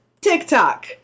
TikTok